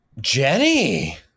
Jenny